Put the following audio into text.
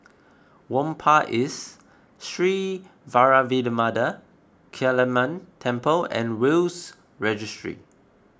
Whampoa East Sri Vairavimada Kaliamman Temple and Will's Registry